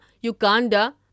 Uganda